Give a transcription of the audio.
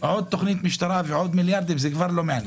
עוד תוכנית משטרה ועוד מיליארדים זה כבר לא מעניין.